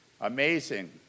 Amazing